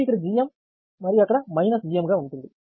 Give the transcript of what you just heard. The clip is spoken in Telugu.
ఇది ఇక్కడ Gm మరియు అక్కడ Gm గా ఉంటుంది